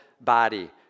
body